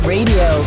Radio